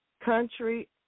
country